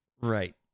Right